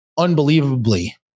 Unbelievably